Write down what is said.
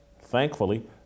Thankfully